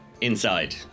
inside